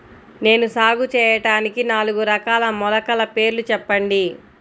నేను సాగు చేయటానికి నాలుగు రకాల మొలకల పేర్లు చెప్పండి?